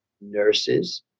nurses